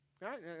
right